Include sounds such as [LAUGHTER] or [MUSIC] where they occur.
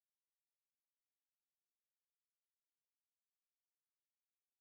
[UNINTELLIGIBLE]